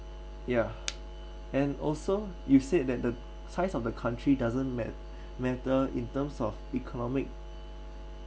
yeah and also you said that the size of the country doesn't matt~ matter in terms of economic